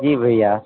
जी भैया